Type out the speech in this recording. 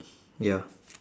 ya